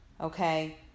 Okay